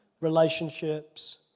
Relationships